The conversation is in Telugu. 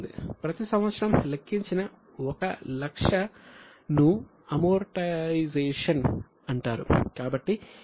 ప్రతి సంవత్సరం లెక్కించిన 1 లక్షను అమోర్టైజేషన్ అంటారు